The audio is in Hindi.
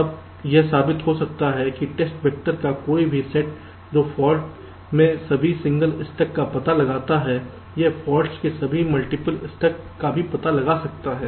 तब यह साबित हो सकता है कि टेस्ट वैक्टर का कोई भी सेट जो फाल्ट में सभी सिंगल स्टक का पता लगाता है वह फॉल्ट्स के सभी मल्टीपल स्टक का भी पता लगा सकता है